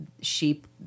Sheep